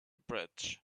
bridge